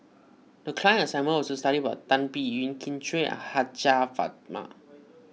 the class assignment was to study about Tan Biyun Kin Chui and Hajjah Fatimah